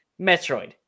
Metroid